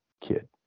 kid